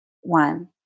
one